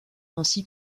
ainsi